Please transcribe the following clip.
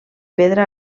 pedra